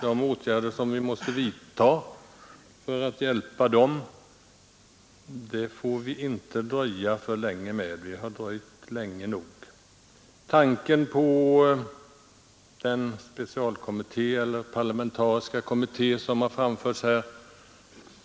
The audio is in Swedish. De rder vi måste vidta för att hjälpa dessa får inte dröja för länge. De har dröjt länge nog. Tanken på en specialkommitté eller parlamentarisk kommitté har framförts här.